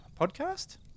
podcast